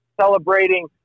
celebrating